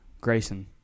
Grayson